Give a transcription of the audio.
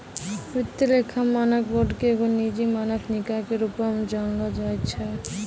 वित्तीय लेखा मानक बोर्ड के एगो निजी मानक निकाय के रुपो मे जानलो जाय छै